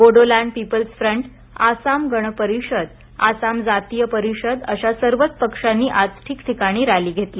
Bodoland People's Front Assam Gana Parishad Assam Jatiya Parishad अश्या सर्वच पक्षांनी आज ठिकठीकाणी रॅलीज घेतल्या